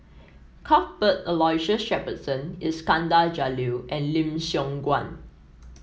Cuthbert Aloysius Shepherdson Iskandar Jalil and Lim Siong Guan